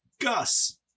Gus